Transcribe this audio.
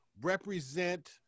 represent